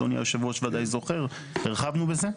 אדוני יושב הראש בוודאי זוכר, הרחבנו בזה.